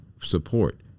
support